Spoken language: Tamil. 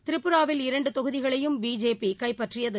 திரிபுராவில் இரண்டுதொகுதிகளையும் பிஜேபிகைப்பற்றியது